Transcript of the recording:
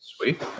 sweet